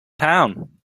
town